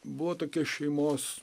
buvo tokia šeimos